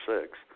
six